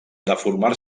deformar